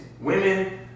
women